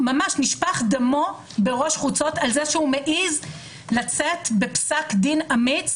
ממש נשפך דמו בראש חוצות על זה שהוא מעז לצאת בפסק דין אמיץ,